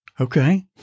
Okay